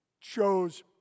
chose